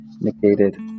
negated